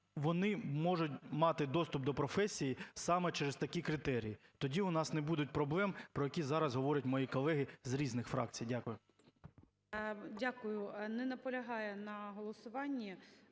вони можуть мати доступ до професії саме через такі критерії. Тоді у нас не буде проблем, про які зараз говорять мої колеги з різних фракцій. Дякую. ГОЛОВУЮЧИЙ. Дякую. Не наполягає на голосуванні